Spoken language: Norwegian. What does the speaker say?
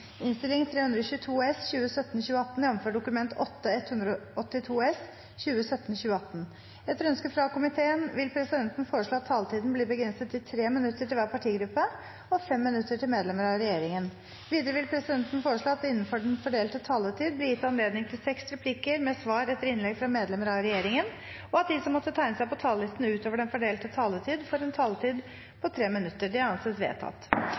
regjeringen. Videre vil presidenten foreslå at det – innenfor den fordelte taletid – blir gitt anledning til seks replikker med svar etter innlegg fra medlemmer av regjeringen, og at de som måtte tegne seg på talerlisten utover den fordelte taletid, får en taletid på inntil 3 minutter. – Det anses vedtatt.